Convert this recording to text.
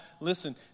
Listen